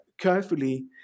carefully